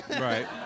Right